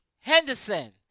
henderson